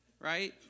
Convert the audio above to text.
Right